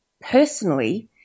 personally